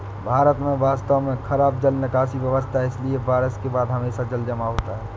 भारत में वास्तव में खराब जल निकासी व्यवस्था है, इसलिए बारिश के बाद हमेशा जलजमाव होता है